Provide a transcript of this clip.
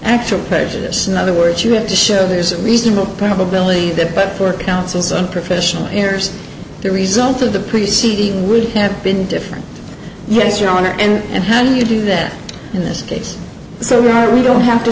actual prejudice in other words you have to show there's a reasonable probability that but for counsel's unprofessional ears the results of the preceding would have been different yes your honor and hand you do that in this case so we are we don't have to